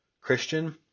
Christian